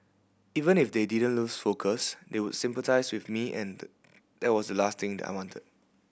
even if they didn't lose focus they would sympathise with me and that was last thing I wanted